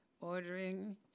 ordering